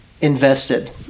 invested